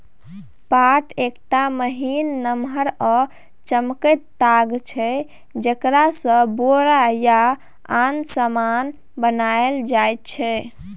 पाट एकटा महीन, नमहर आ चमकैत ताग छै जकरासँ बोरा या आन समान बनाएल जाइ छै